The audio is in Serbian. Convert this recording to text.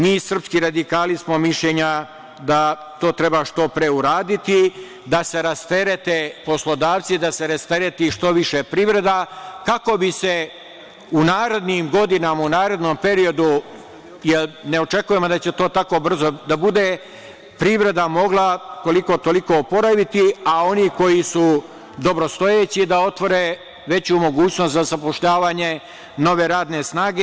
Mi srpski radikali smo mišljenja da to treba što pre uraditi, da se rasterete poslodavci, da se rastereti što više privreda, kako bi se u narednim godinama, u narednom periodu, jer ne očekujemo da će to tako brzo da bude, privreda mogla koliko-toliko oporaviti, a oni koji su dobrostojeći da otvore veću mogućnost za zapošljavanje nove radne snage.